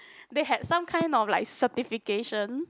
they had some kind of like certification